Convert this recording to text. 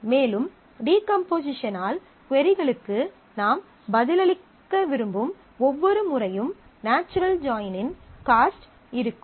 மேலும் டீகம்போசிஷனால் கொரிகளுக்கு நாம் பதிலளிக்க விரும்பும் ஒவ்வொரு முறையும் நாச்சுரல் ஜாயினின் காஸ்ட் இருக்கும்